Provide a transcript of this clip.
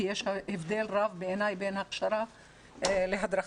כי יש הבדל רב בעיניי בין הכשרה להדרכה.